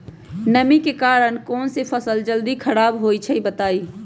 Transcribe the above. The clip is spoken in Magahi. नमी के कारन कौन स फसल जल्दी खराब होई छई बताई?